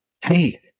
Hey